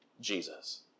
Jesus